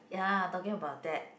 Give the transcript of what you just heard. ya talking about that